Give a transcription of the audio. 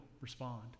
respond